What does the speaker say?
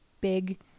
big